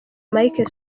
mike